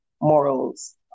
morals